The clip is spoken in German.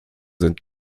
sind